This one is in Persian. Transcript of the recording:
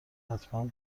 حتما